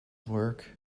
work